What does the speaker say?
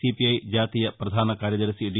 CVI జాతీయ పధాన కార్యదర్శి డి